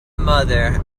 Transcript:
mother